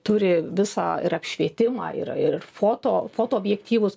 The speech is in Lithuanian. turi visą ir apšvietimą ir ir foto fotoobjektyvus